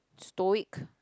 stoic